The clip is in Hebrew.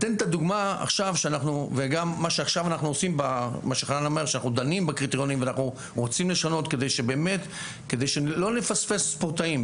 חנן סיפר שאנחנו דנים בקריטריונים ומנסים לשנות כדי שלא נפספס ספורטאים,